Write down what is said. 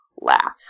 laugh